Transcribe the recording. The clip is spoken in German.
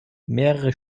mehrere